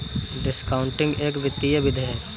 discounting एक वित्तीय विधि है